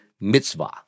mitzvah